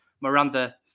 Miranda